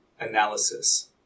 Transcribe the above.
analysis